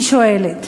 אני שואלת: